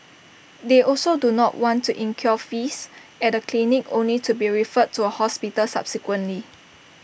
they also do not want to incur fees at A clinic only to be referred to A hospital subsequently